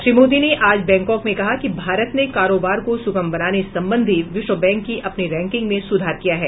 श्री मोदी ने आज बैंकॉक में कहा कि भारत ने कारोबार को सुगम बनाने संबंधी विश्व बैंक की अपनी रैंकिंग में सुधार किया है